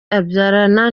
abyarana